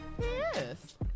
Yes